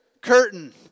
Curtain